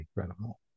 incredible